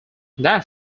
that